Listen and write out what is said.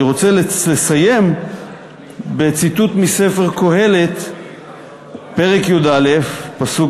אני רוצה לסיים בציטוט מספר קהלת פרק י"א פסוק